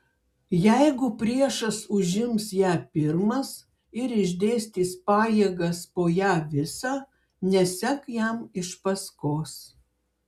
jeigu priešas užims ją pirmas ir išdėstys pajėgas po ją visą nesek jam iš paskos